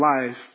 life